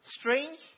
strange